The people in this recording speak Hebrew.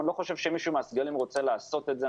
אני לא חושב שמישהו מהסגלים רוצה לעשות את זה.